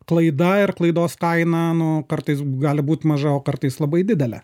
klaida ir klaidos kaina nu kartais gali būt maža o kartais labai didelė